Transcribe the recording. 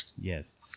Yes